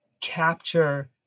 capture